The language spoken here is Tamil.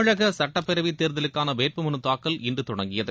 தமிழக சட்டப்பேரவை தேர்தலுக்காள வேட்பு மனுத்தாக்கல் இன்று தொடங்கியது